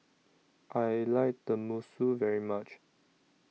I like Tenmusu very much